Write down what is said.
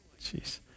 Jeez